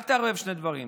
אל תערבב שני דברים.